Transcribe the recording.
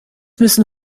müssen